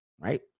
Right